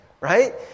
right